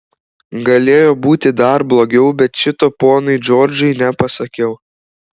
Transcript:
galėjo būti dar blogiau bet šito ponui džordžui nepasakiau